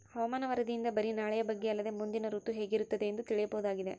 ಹವಾಮಾನ ವರದಿಯಿಂದ ಬರಿ ನಾಳೆಯ ಬಗ್ಗೆ ಅಲ್ಲದೆ ಮುಂದಿನ ಋತು ಹೇಗಿರುತ್ತದೆಯೆಂದು ತಿಳಿಯಬಹುದಾಗಿದೆ